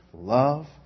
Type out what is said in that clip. love